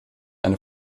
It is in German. eine